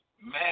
Man